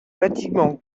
bâtiments